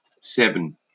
Seven